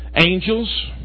Angels